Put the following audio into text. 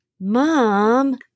Mom